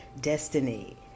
Destiny